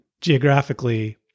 geographically